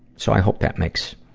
so, i hope that makes,